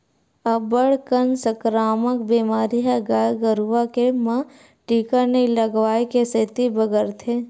अब्बड़ कन संकरामक बेमारी ह गाय गरुवा के म टीका नइ लगवाए के सेती बगरथे